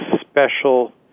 special